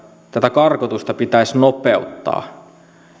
tätä karkotusprosessia pitäisi nopeuttaa